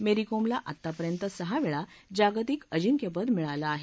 मेरी कोमला आतापर्यंत सहावेळा जागतिक अजिंक्यपद मिळालं आहे